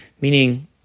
Meaning